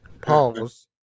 pause